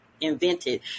invented